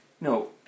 No